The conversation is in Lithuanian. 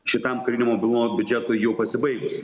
šitam karinio mobilumo biudžetui jau pasibaigus